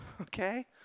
okay